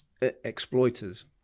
exploiters